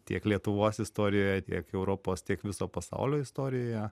tiek lietuvos istorijoje tiek europos tiek viso pasaulio istorijoje